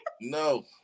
No